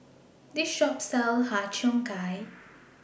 This Shop sells Har Cheong Gai